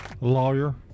Lawyer